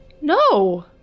No